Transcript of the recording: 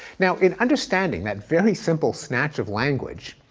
now, in understanding that very simple snatch of language,